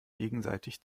gegenseitig